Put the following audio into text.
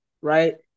right